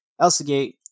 Elsagate